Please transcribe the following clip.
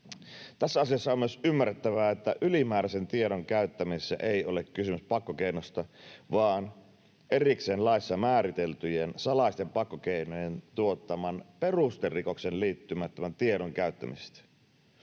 Tässä asiassa on myös ymmärrettävä, että ylimääräisen tiedon käyttämisessä ei ole kysymys pakkokeinosta vaan erikseen laissa määriteltyjen salaisten pakkokeinojen tuottaman, perusterikokseen liittymättömän tiedon käyttämisestä.